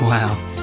Wow